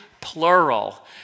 plural